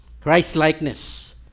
Christ-likeness